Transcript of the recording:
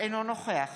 אינו נוכח